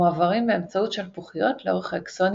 המועברים באמצעות שלפוחיות לאורך האקסונים